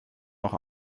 noch